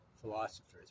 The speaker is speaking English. philosophers